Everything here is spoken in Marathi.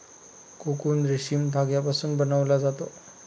कोकून रेशीम धाग्यापासून बनवला जातो